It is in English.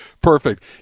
Perfect